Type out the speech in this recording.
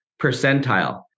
percentile